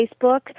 Facebook